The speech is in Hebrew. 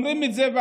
אומרים את זה,